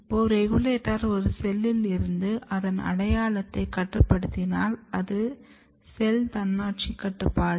இப்போ ரெகுலேட்டர் ஒரு செல்லில் இருந்து அதன் அடையாளத்தை கட்டுப்படுத்தினால் அது செல் தன்னாட்சி கட்டுப்பாடு